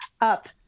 up